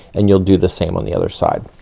and you'll do the same on the other side.